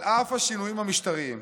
על אף השינויים המשטריים,